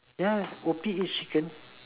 ya cokie eats chicken